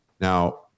Now